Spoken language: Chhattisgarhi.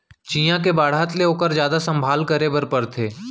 चियॉ के बाढ़त ले ओकर जादा संभाल करे बर परथे